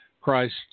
Christ